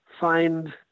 find